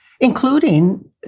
including